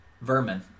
Vermin